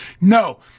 No